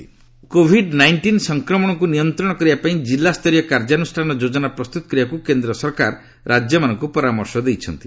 ଜିଲ୍ଲାସ୍ତରୀୟ Covid sector Covid ନାଇଷ୍ଟିନ୍ର ସଂକ୍ରମଣକୁ ନିୟନ୍ତ୍ରଣ କରିବାପାଇଁ ଜିଲ୍ଲାସ୍ତରୀୟ କାର୍ଯ୍ୟାନୁଷ୍ଠାନ ଯୋଜନା ପ୍ରସ୍ତୁତ କରିବାକୁ କେନ୍ଦ୍ର ସରକାର ରାଜ୍ୟମାନଙ୍କୁ ପରାମର୍ଶ ଦେଇଛନ୍ତି